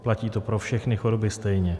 Platí to pro všechny choroby stejně.